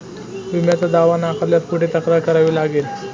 विम्याचा दावा नाकारल्यास कुठे तक्रार करावी लागेल?